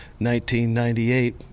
1998